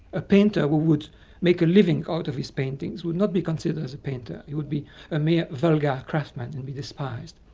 a painter who would make a living out of his paintings would not be considered as a painter. he would be a mere vulgar craftsman and be despised.